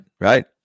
right